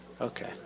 Okay